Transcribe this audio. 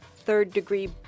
third-degree